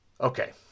Okay